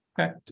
Okay